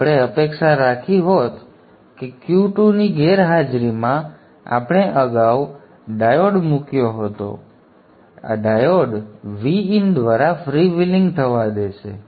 તેથી આપણે અપેક્ષા રાખી હોત કે Q2 ની ગેરહાજરીમાં આપણે અગાઉ ડાયોડ મૂક્યો હતો અને ડાયોડ Vin દ્વારા ફ્રીવ્હીલિંગ થવા દેશે